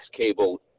cable